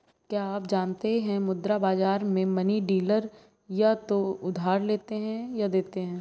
क्या आप जानते है मुद्रा बाज़ार में मनी डीलर या तो उधार लेते या देते है?